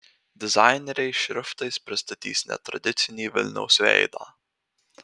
dizaineriai šriftais pristatys netradicinį vilniaus veidą